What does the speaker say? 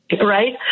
right